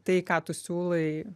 tai ką tu siūlai